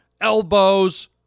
elbows